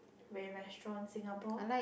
ray restaurant Singapore